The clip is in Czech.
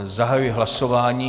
Zahajuji hlasování.